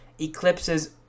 Eclipses